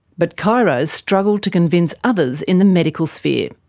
but chiros struggle to convince others in the medical sphere.